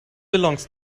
belongs